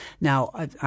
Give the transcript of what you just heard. now